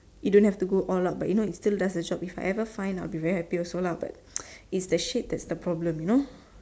it don't have to go all out but you know it still does the job if I ever find I will be very happy also lah but it's the shade that's the problem you know